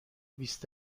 بیست